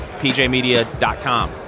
pjmedia.com